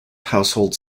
household